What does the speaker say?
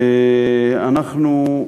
ואני,